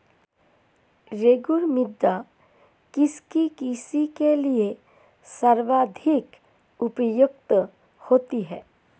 रेगुड़ मृदा किसकी कृषि के लिए सर्वाधिक उपयुक्त होती है?